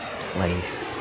place